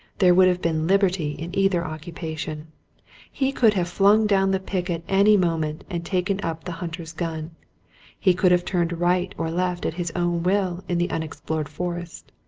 there would have been liberty in either occupation he could have flung down the pick at any moment and taken up the hunter's gun he could have turned right or left at his own will in the unexplored forest.